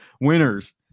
winners